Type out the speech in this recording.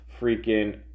freaking